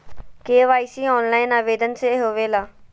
KYC online आवेदन से होवे ला?